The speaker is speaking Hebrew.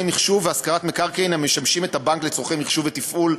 מחשוב והשכרת מקרקעין המשמשים את הבנק לצורכי מחשוב ותפעול.